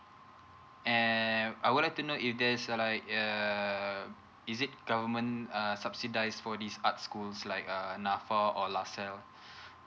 and I would like to know if there is a like err is it government uh subsidise for this art schools like uh N_A_F_A or L_A_S_A_L_L_E